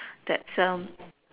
that's